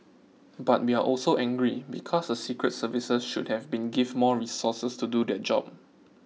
but we are also angry because the secret services should have been give more resources to do their job